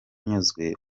nyuzwe